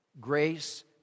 grace